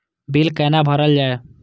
Bill कैना भरल जाय?